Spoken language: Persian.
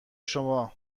شما